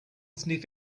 sniff